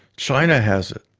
china has it.